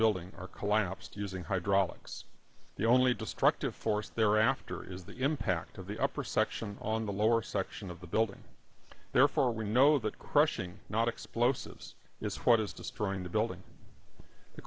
building are collapsed using hydraulics the only destructive force thereafter is the impact of the upper section on the lower section of the building therefore we know that crushing not explosives is what is destroying the building the